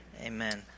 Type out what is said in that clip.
Amen